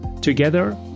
Together